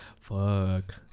Fuck